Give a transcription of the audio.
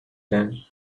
tent